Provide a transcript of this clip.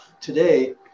today